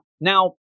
now